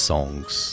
Songs